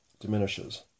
diminishes